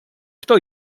kto